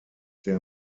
der